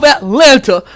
Atlanta